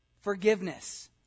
Forgiveness